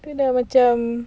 kena macam